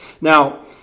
Now